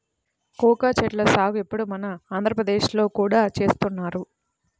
cocoa చెట్ల సాగు ఇప్పుడు మన ఆంధ్రప్రదేశ్ లో కూడా చేస్తున్నారు